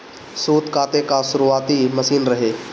सूत काते कअ शुरुआती मशीन रहे